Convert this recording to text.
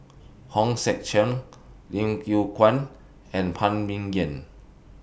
Hong Sek Chern Lim Yew Kuan and Phan Ming Yen